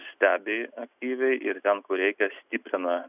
stebi aktyviai ir ten kur reikia stiprina